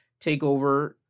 TakeOver